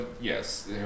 yes